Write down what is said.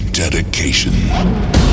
dedication